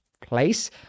place